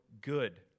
good